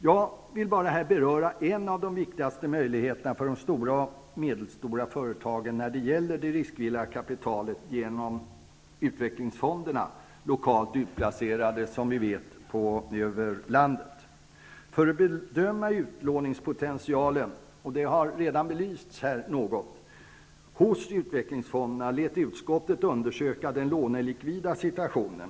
Jag vill här bara beröra en av de viktigaste möjligheterna för små och medelstora företag när det gäller riskvilligt kapital, nämligen utvecklingsfonderna -- som ni vet, lokalt utplacerade över landet. För att kunna bedöma utlåningspotentialen, som redan har belysts något, hos utvecklingsfonderna lät utskottet undersöka den lånelikvida situationen.